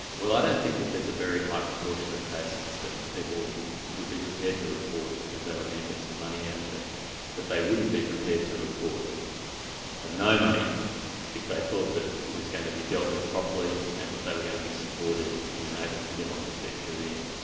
well i don't think that there's a very high proportion of cases that people would be prepared to report because they were going to get some money out of it that they wouldn't be prepared to report for no money if they thought that it was going to be dealt with properly and that they were going to be supported and then able to get on with their career.